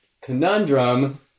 conundrum